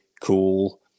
cool